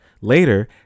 Later